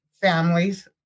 families